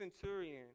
centurion